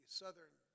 southern